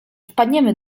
wpadniemy